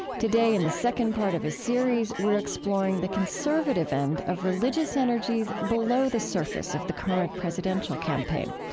today, in the second part of a series, we're exploring the conservative end of religious energies below the surface of the current presidential campaign.